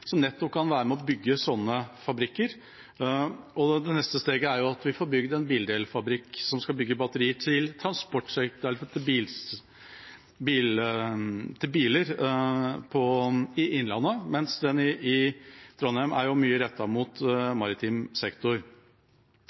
som nettopp kan være med på å bygge sånne fabrikker. Det neste steget er at vi får bygd en bildelfabrikk i Innlandet som skal bygge batterier til biler, mens den i Trondheim er mye rettet mot maritim sektor. Apropos Innlandet: Det er